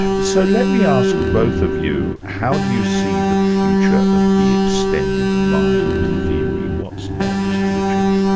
so let me ask both of you how do you see the future of the extended mind theory? what's next, richard?